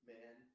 Man